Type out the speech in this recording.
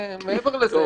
רועי,